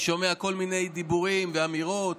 אני שומע כל מיני דיבורים ואמירות